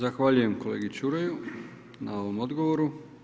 Zahvaljujem kolegi Čuraju na ovom odgovoru.